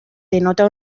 denota